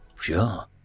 sure